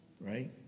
right